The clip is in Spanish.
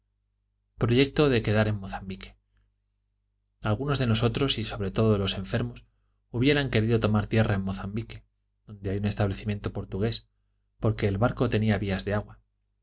proyecto de quedar en mozambique algunos de nosotros y sobre todo los enfermos hubieran querido tomar tierra en mozambique donde hay un establecimiento portugués porque el barco tenía vías de agua